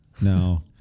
No